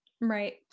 Right